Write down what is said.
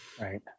Right